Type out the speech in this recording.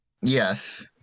Yes